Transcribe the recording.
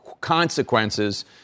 consequences